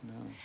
No